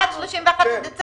עד 31 בדצמבר.